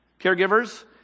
caregivers